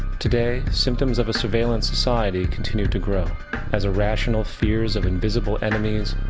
today, symptoms of a surveillance society continue to grow as irrational fears of invisible enemies,